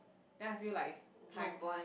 then I feel like is time